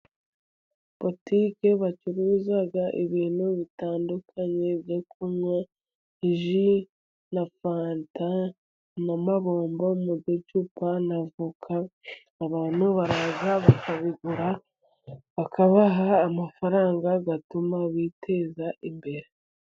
Butiki bacuruza ibintu bitandukanye byo kunywa: ji na Fanta, n'amabombo mu bicupa, na avoka. Abantu baraza bakabigura, bakabaha amafaranga atuma biteza imbere.